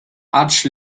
arch